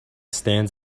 stands